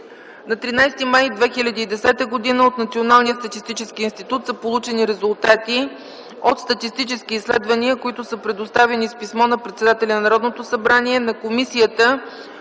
На 13 май 2010 г. от Националния статистически институт са получени резултати от статистически изследвания, които са предоставени с писмо на председателя на Народното събрание, на Комисията